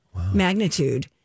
magnitude